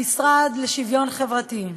המשרד לשוויון חברתי,